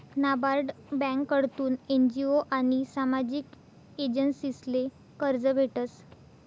नाबार्ड ब्यांककडथून एन.जी.ओ आनी सामाजिक एजन्सीसले कर्ज भेटस